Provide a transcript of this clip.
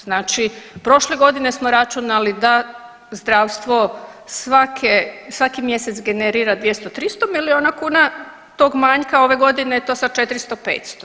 Znači prošle godine smo računali da zdravstvo svake, svaki mjesec generira 200, 300 miliona kuna tog manjka ove godine je to sad 400, 500.